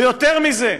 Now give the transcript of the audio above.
ויותר מזה,